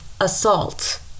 assault